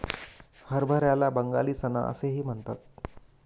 हरभऱ्याला बंगाली चना असेही म्हणतात